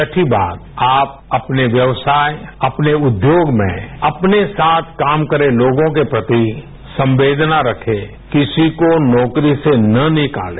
छती बात आप अपने व्यक्साय अपने उद्योग में अपने साथ काम कर रहे लोगों के प्रति संवेदना रखें किसी को नौकरी से न निकालें